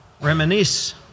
reminisce